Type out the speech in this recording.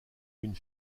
une